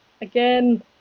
again